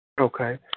Okay